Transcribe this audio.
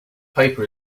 paper